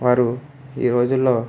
వారు ఈ రోజుల్లో